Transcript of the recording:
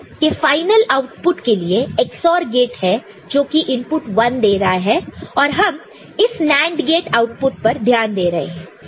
तो F0 के final output के लिए यह XOR गेट है जो कि इनपुट 1 दे रहा है और हमें इस NAND गेट आउटपुट पर ध्यान देना है